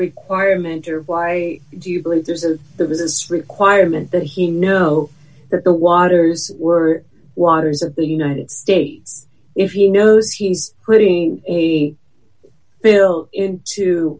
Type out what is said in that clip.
requirement or why do you believe there's a the business requirement that he know that the waters were waters of the united states if he knows he's putting a bill into